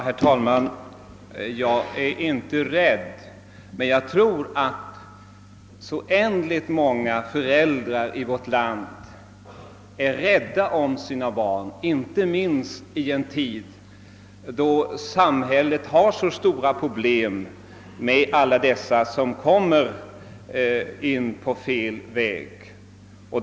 Herr talman! Jag är inte rädd själv, men jag tror att oändligt många föräldrar i vårt land är rädda om sina barn, inte minst i en tid då samhället redan har stora problem med alla som råkar in på fel väg.